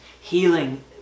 Healing